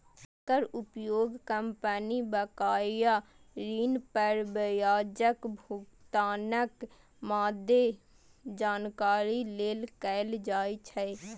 एकर उपयोग कंपनी बकाया ऋण पर ब्याजक भुगतानक मादे जानकारी लेल कैल जाइ छै